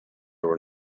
were